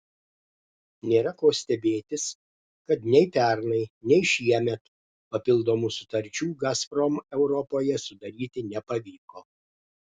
nėra ko stebėtis kad nei pernai nei šiemet papildomų sutarčių gazprom europoje sudaryti nepavyko